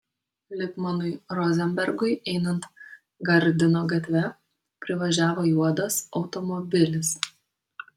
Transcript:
lipmanui rozenbergui einant gardino gatve privažiavo juodas automobilis